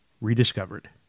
rediscovered